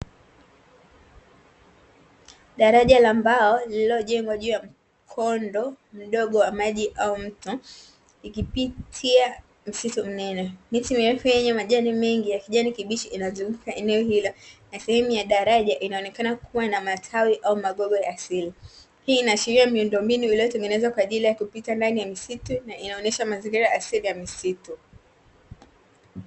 Daraja la mbao lililojengwa juu ya mkondo mdogo wa maji au mto, ikipitia msitu mnene. Miti mirefu yenye majani mengi ya kijani kibichi inazunguka eneo hilo, na sehemu ya daraja inaonekana kuwa na matawi au magogo ya asili. Hii inaashiria miundombinu iliyotengenezwa kwa ajili ya kupita ndani ya misitu na inaonyesha mazingira asili ya misitu.